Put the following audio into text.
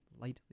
lightly